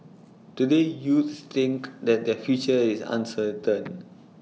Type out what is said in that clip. today youths think that their future is uncertain